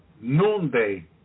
noonday